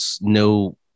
no